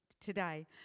today